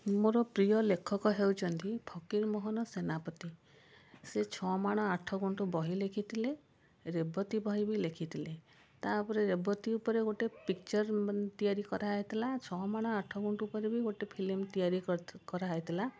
ମୋର ପ୍ରିୟ ଲେଖକ ହେଉଛନ୍ତି ଫକିରମୋହନ ସେନାପତି ସେ ଛଅ ମାଣ ଆଠ ଗୁଣ୍ଠ ବହି ଲେଖିଥିଲେ ରେବତୀ ବହି ବି ଲେଖିଥିଲେ ତା' ଉପରେ ରେବତୀ ଉପରେ ଗୋଟେ ପିକ୍ଚର ତିଆରି କରା ହୋଇଥିଲା ଛଅ ମାଣ ଆଠଗୁଣ୍ଠ ଉପରେ ବି ଗୋଟେ ଫିଲ୍ମ ତିଆରି କରା ହୋଇଥିଲା